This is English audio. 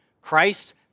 Christ